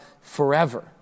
forever